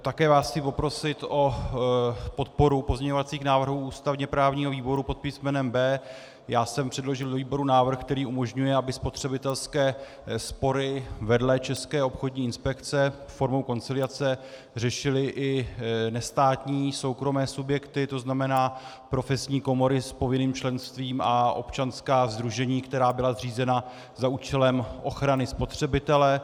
Také vás chci poprosit o podporu pozměňovacích návrhů ústavněprávního výboru pod písmenem B. Já jsem předložil do výboru návrh, který umožňuje, aby spotřebitelské spory vedle České obchodní inspekce formou konciliace řešily i nestátní soukromé subjekty, to znamená profesní komory s povinným členstvím a občanská sdružení, která byla zřízena za účelem ochrany spotřebitele.